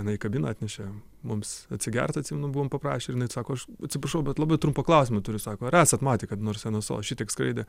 jinai į kabiną atnešė mums atsigert atsimenu buvom paprašę ir jinai sako aš atsiprašau bet labai trumpą klausimą turiu sako ar esat matę kada nors nso šitiek skraidę